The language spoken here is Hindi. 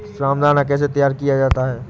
रामदाना कैसे तैयार किया जाता है?